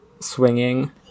swinging